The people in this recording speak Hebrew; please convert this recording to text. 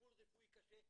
בטיפול רפואי קשה.